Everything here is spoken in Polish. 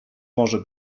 może